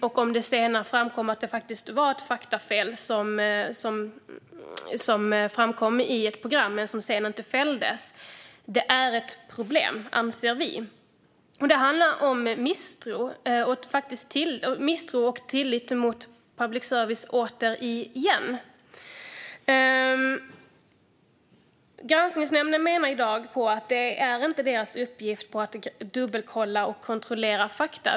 Om det senare framkommer att det var ett faktafel i ett program som sedan inte fälldes är det ett problem anser vi. Det handlar återigen om misstro och tillit till public service. Granskningsnämnden menar i dag att det inte är dess uppgift att dubbelkolla och kontrollera fakta.